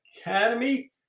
Academy